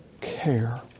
care